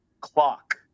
clock